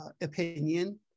opinion